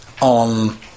on